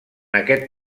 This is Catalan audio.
aquest